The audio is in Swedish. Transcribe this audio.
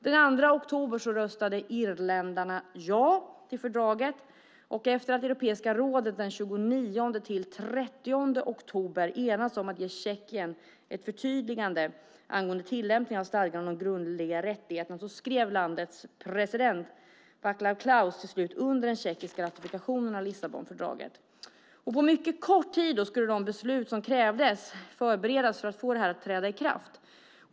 Den 2 oktober röstade irländarna ja till fördraget, och efter det att Europeiska rådet den 29-30 oktober hade enats om att ge Tjeckien ett förtydligande angående tillämpningen av stadgarna om de grundläggande rättigheterna skrev landets president Václav Klaus till slut under den tjeckiska ratifikationen av Lissabonfördraget. På mycket kort tid skulle de beslut som krävdes förberedas för att få det att träda i kraft.